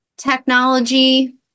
technology